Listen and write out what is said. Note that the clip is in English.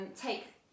take